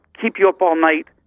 keep-you-up-all-night